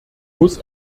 muss